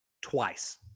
Twice